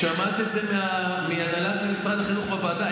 שמעת את זה מהנהלת משרד החינוך בוועדה.